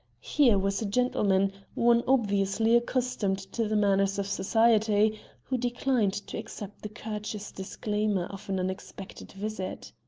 here was a gentleman one obviously accustomed to the manners of society who declined to accept the courteous disclaimer of an unexpected visit.